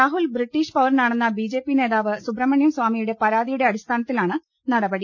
Rahul British പൌരനാണെന്ന BJP നേതാവ് സുബ്രഹ്മണ്യം സ്വാമിയുടെ പരാതിയുടെ അടി സ്ഥാനത്തിലാണ് നടപടി